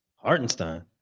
Hartenstein